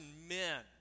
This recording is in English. men